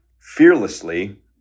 fearlessly